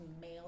male